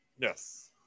Yes